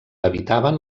habitaven